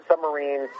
submarine